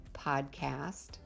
podcast